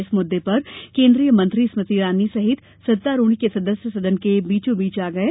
इस मुददें पर केन्द्रीय मंत्री स्मृति ईरानी सहित सत्तारूढ़ के सदस्य सदन के बीचोंबीच आ गये